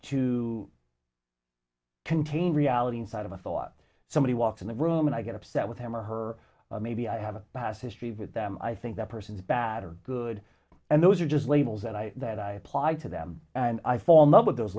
to contain reality inside of a thought somebody walks in the room and i get upset with him or her maybe i have a past history with them i think that person's bad or good and those are just labels that i that i apply to them and i fall in love with those